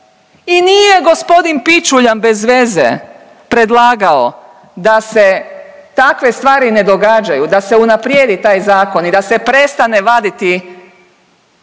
I nije gospodin Pičuljan bezveze predlagao da se takve stvari ne događaju, da se unaprijedi taj zakon i da se prestane vaditi